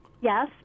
Yes